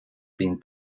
been